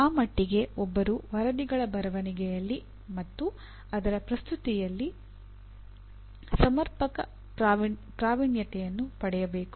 ಆ ಮಟ್ಟಿಗೆ ಒಬ್ಬರು ವರದಿಗಳ ಬರವಣಿಗೆಯಲ್ಲಿ ಮತ್ತು ಅದರ ಪ್ರಸ್ತುತಿಯಲ್ಲಿ ಸಮರ್ಪಕ ಪ್ರಾವೀಣ್ಯತೆಯನ್ನು ಪಡೆಯಬೇಕು